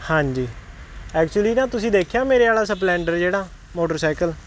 ਹਾਂਜੀ ਐਕਚੁਲੀ ਨਾ ਤੁਸੀਂ ਦੇਖਿਆ ਮੇਰੇ ਵਾਲਾ ਸਪਲੈਂਡਰ ਜਿਹੜਾ ਮੋਟਰਸਾਈਕਲ